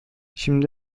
şimdi